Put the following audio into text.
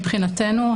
מבחינתנו,